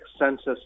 census